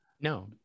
No